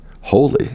holy